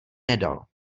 nedal